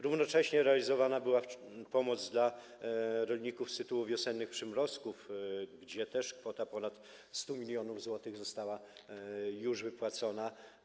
Równocześnie realizowana była pomoc dla rolników z tytułu wiosennych przymrozków, tu też kwota ponad 100 mln zł została już wypłacona.